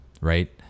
Right